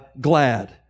glad